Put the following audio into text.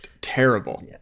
terrible